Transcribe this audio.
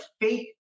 fake